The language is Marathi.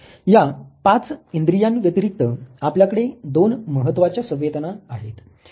या पाच इंद्रियांव्यतिरिक्त आपल्याकडे दोन महत्वाच्या संवेदना आहेत